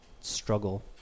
struggle